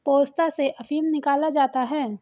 पोस्ता से अफीम निकाला जाता है